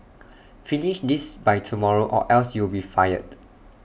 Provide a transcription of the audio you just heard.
finish this by tomorrow or else you will be fired